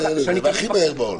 והכי מהר בעולם.